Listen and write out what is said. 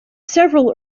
several